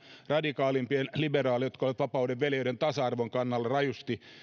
radikaalimpiin liberaaleihin jotka olivat rajusti vapauden veljeyden ja tasa arvon kannalla